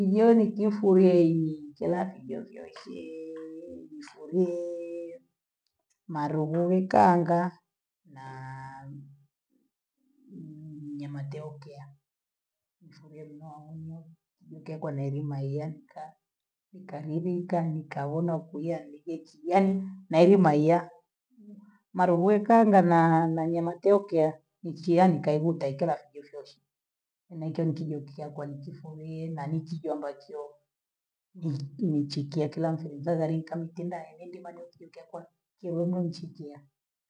Yeni kifuriye enyi, kiyatu kikioshee we nimfuriyee, marobho ni kanga, naa nimatokeya nifulieni nahanyo kiekekwa naelima aiyemka, nikalirika nikabhona kuya nije chigani, maeli maiya mara buyikanga na na nyama tokiyaa, nichila nikaibu tekela jifreshi, na hicho nicho ni kijakishakuwa mkifulii na ni ki ambacho ni- ni- nichikia kila mtu ni njazalika, mtimba aelendima mwe kinkyakwa kilemo nchikiye.